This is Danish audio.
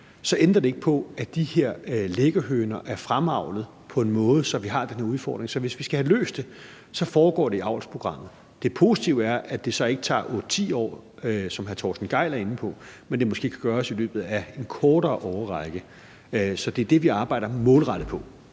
ændrer det ikke på, at de her liggehøner er fremavlet på en måde, som gør, at vi har den udfordring, så hvis vi skal have løst det, foregår det i avlsprogrammet. Det positive er, at det så ikke tager 8-10 år, som hr. Torsten Gejl er inde på, men at det måske kan gøres i løbet af en kortere årrække. Så det er det, vi arbejder målrettet på.